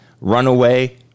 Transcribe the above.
runaway